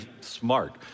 smart